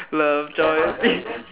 love joy peace